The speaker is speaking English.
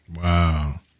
Wow